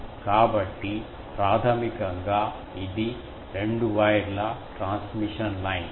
కాబట్టి ప్రాథమికంగా ఇది రెండు వైర్ ల ట్రాన్స్మిషన్ లైన్